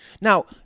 Now